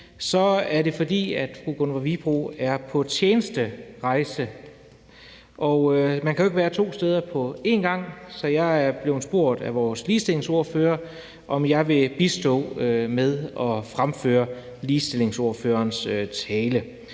så er det, fordi fru Gunvor Wibroe er på tjenesterejse. Man kan jo ikke være to steder på en gang, så jeg er blevet spurgt af vores ligestillingsordfører, om jeg vil bistå med at fremføre ligestillingsordførerens tale,